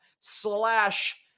slash